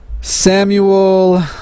Samuel